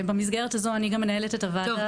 במסגרת הזו אני גם מנהלת את הוועדה --- (מחוץ לחדר